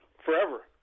forever